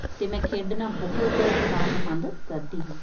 ਅਤੇ ਮੈਂ ਖੇਡਣਾ ਬਹੁਤ ਸਾਰਾ ਪਸੰਦ ਕਰਦੀ ਹਾਂ